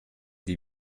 die